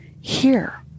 Here